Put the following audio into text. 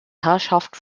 herrschaft